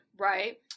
Right